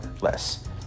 less